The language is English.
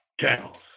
channels